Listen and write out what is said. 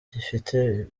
gifite